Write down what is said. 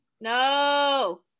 no